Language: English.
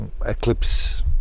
eclipse